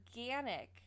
organic